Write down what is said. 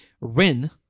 Rin